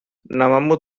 namamu